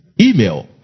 Email